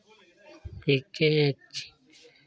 देखते हैं अच्छे